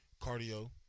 cardio